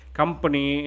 company